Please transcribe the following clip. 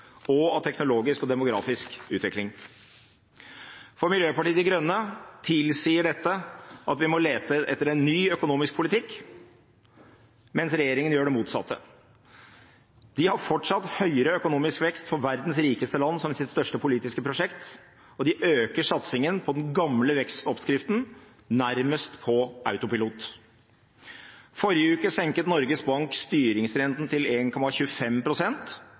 og av teknologisk og demografisk utvikling. For Miljøpartiet De Grønne tilsier dette at vi må lete etter en ny økonomisk politikk, mens regjeringen gjør det motsatte. De har fortsatt høyere økonomisk vekst for verdens rikeste land som sitt største politiske prosjekt, og de øker satsingen på den gamle vekstoppskriften – nærmest på autopilot. I forrige uke senket Norges Bank styringsrenten til